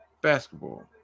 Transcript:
basketball